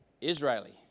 Israeli